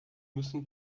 müssen